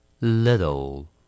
little